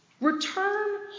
Return